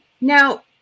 Now